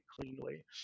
cleanly